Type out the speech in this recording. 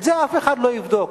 את זה אף אחד לא יבדוק.